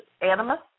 anima